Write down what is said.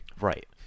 Right